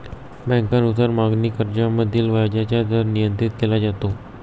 बँकांनुसार मागणी कर्जामधील व्याजाचा दर नियंत्रित केला जातो